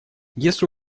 если